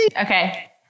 okay